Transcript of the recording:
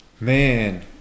Man